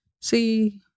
See